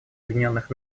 объединенных